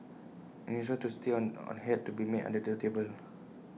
any arrangement to stay on had to be made under the table